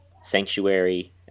sanctuary